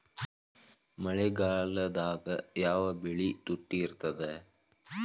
ಮಳೆಗಾಲದಾಗ ಯಾವ ಬೆಳಿ ತುಟ್ಟಿ ಇರ್ತದ?